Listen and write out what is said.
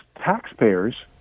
taxpayers